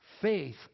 Faith